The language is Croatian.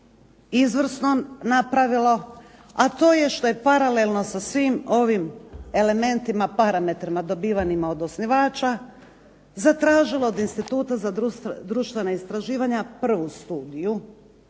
izvrsno napravilo, a to je što je paralelno sa svim ovim elementima, parametrima dobivanima od osnivača zatražilo od Instituta za društvena istraživanja prvu studiju